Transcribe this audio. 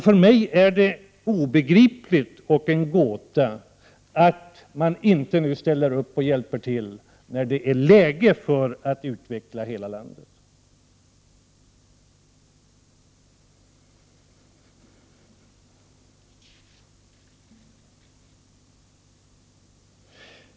För mig är det obegripligt och en gåta att man inte ställer upp och hjälper till när det är läge att utveckla hela landet.